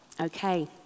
Okay